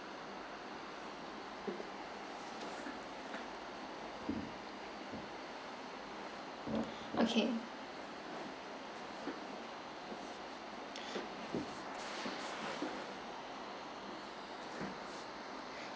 okay